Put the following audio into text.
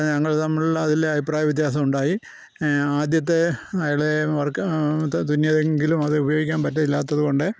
ഞങ്ങൾ തമ്മിൽ അതിൽ അഭിപ്രായ വ്യത്യാസം ഉണ്ടായി ആദ്യത്തെ അയാളുടെ വർക്ക് അത് തുന്നിയതെങ്കിലും അത് ഉപയോഗിക്കാൻ പറ്റില്ലാത്തത് കൊണ്ട്